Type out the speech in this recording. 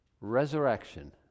resurrection